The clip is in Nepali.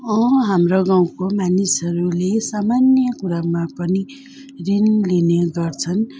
हाम्रो गाउँको मानिसहरूले सामान्य कुरामा पनि ऋण लिने गर्छन्